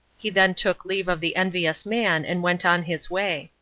he then took leave of the envious man, and went on his way.